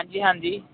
ਹਾਂਜੀ ਹਾਂਜੀ